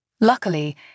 Luckily